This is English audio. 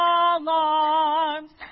alarms